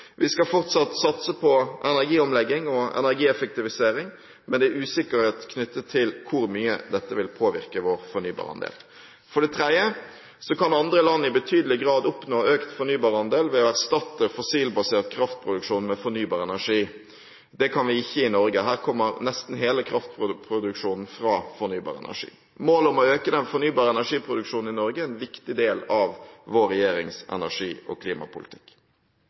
Vi skal fortsatt satse på energiomlegging og energieffektivisering, men det er usikkerhet knyttet til hvor mye dette vil påvirke vår fornybarandel. For det tredje: Andre land kan i betydelig grad oppnå økt fornybarandel ved å erstatte fossilbasert kraftproduksjon med fornybar energi. Det kan vi ikke i Norge. Her kommer nesten hele kraftproduksjonen fra fornybar energi. Målet om å øke den fornybare energiproduksjonen i Norge er en viktig del av vår regjerings energi- og klimapolitikk.